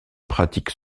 pratique